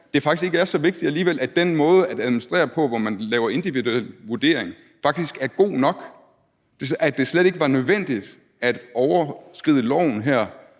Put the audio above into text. det faktisk ikke er så vigtigt alligevel, altså at den måde at administrere på, hvor man laver individuel vurdering, faktisk er god nok, sådan at det slet ikke var nødvendigt at overskride loven her